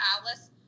Alice